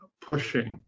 pushing